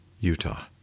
Utah